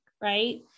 right